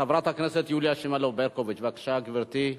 חברת הכנסת יוליה שמאלוב-ברקוביץ, בבקשה, גברתי.